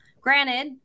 Granted